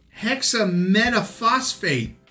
hexametaphosphate